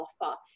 offer